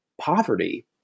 poverty